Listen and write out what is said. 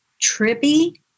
trippy